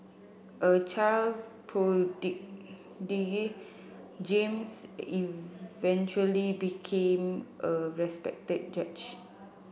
a child prodigy James eventually became a respected judge